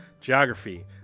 Geography